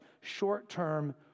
short-term